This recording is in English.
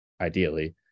ideally